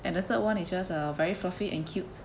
and the third one is just uh very fluffy and cute